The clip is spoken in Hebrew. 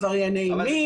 עברייני מין.